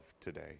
today